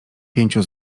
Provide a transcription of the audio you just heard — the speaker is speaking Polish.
pięciu